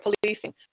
policing